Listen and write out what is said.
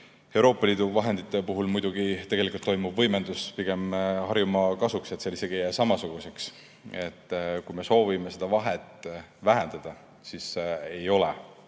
Euroopa Liidu vahendite puhul muidugi tegelikult toimub võimendus pigem Harjumaa kasuks, seal isegi ei jää see samasuguseks. Kui me soovime seda vahet vähendada, siis ei ole